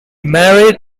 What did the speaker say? married